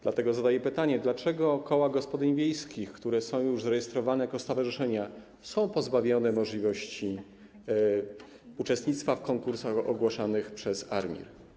Dlatego zadaję pytanie: Dlaczego koła gospodyń wiejskich, które są zarejestrowane jako stowarzyszenia, są pozbawione możliwości uczestnictwa w konkursach ogłaszanych przez ARiMR?